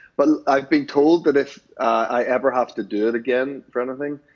but i've been told that if i ever have to do it again for anything,